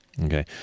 Okay